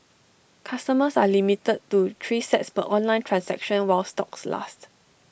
customers are limited to three sets per online transaction while stocks last